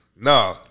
no